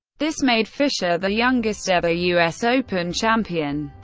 this made fischer the youngest ever u s. open champion.